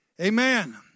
Amen